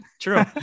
true